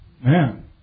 Man